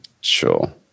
sure